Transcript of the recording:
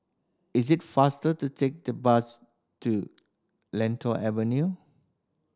is it faster to take the bus to Latol Avenue